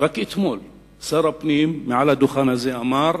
שרק אתמול שר הפנים, מעל הדוכן הזה, אמר